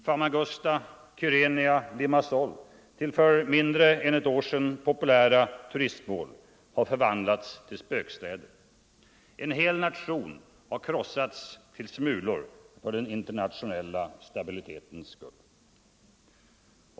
Famagusta, Kyrenia och Limassol, till för mindre än ett år sedan populära turistmål, har förvandlats till spökstäder. En hel nation har krossats till smulor, för den internationella stabilitetens skull.